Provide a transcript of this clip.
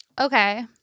okay